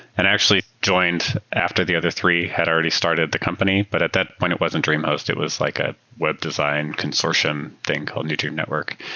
and actually, joined after the other three had already started the company, but at that point, it wasn't dreamhost. it was like a web design consortium thing called new dream network.